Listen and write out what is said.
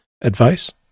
Advice